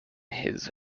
his